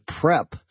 prep